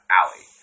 alley